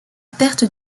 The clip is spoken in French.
perte